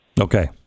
Okay